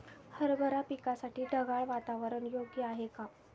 हरभरा पिकासाठी ढगाळ वातावरण योग्य आहे का?